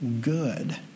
Good